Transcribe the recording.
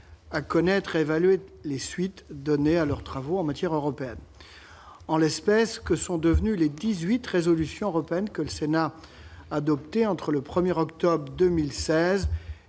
à connaître et à évaluer les suites données à leurs travaux en matière européenne. En l'espèce, que sont devenues les 18 résolutions européennes adoptées par le Sénat entre le 1 octobre 2016